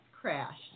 crashed